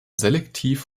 selektiv